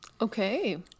Okay